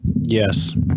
Yes